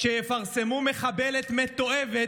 חבר הכנסת עטאונה, תודה.